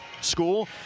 school